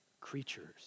creatures